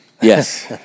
Yes